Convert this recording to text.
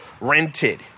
rented